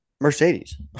Mercedes